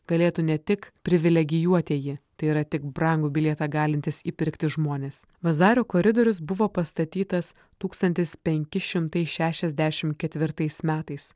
galėtų ne tik privilegijuotieji tai yra tik brangų bilietą galintys įpirkti žmonės vazario koridorius buvo pastatytas tūkstantis penki šimtai šešiasdešimt ketvirtais metais